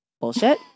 Bullshit